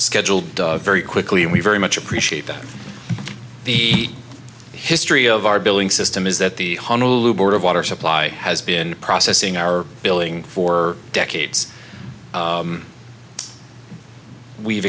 scheduled very quickly and we very much appreciate that the history of our billing system is that the honolulu board of water supply has been processing our billing for decades we've